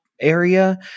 area